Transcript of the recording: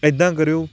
ਐਦਾਂ ਕਰਿਓ